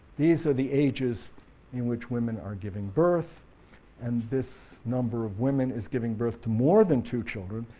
these are the ages in which women are giving birth and this number of women is giving birth to more than two children,